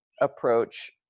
approach